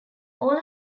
all